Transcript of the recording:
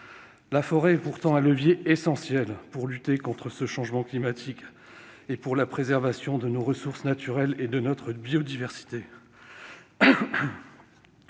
La forêt est pourtant un levier essentiel pour lutter contre ce changement climatique et pour la préservation de nos ressources naturelles et de notre biodiversité.